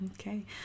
okay